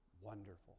wonderful